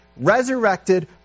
resurrected